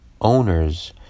owners